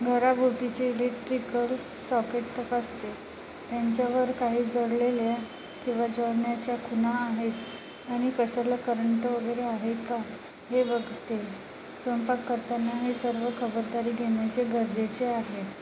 घराभोवतीचे electrical socket तपासते त्यांच्यावर काही जोडलेल्या किंवा जोडण्याच्या खुणा आहेत आणि कशाला करंट वगैरे आहे का हे बघते स्वयंपाक करताना ही सर्व खबरदारी घेण्याचे गरजेचे आहे